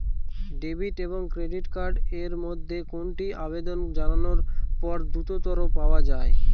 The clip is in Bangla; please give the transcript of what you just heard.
ডেবিট এবং ক্রেডিট কার্ড এর মধ্যে কোনটি আবেদন জানানোর পর দ্রুততর পাওয়া য়ায়?